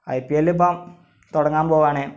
I P L ഇപ്പോൾ തുടങ്ങാന് പോവുകയാണ്